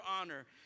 honor